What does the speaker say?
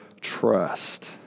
trust